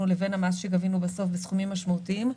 לבין המס שגבינו בסוף בסכומים משמעותיים.